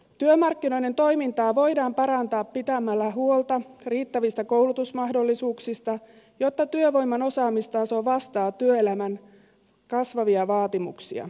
työmarkkinoiden toimintaa voidaan parantaa pitämällä huolta riittävistä koulutusmahdollisuuksista jotta työvoiman osaamistaso vastaa työelämän kasvavia vaatimuksia